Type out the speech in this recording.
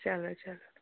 چَلو چَلو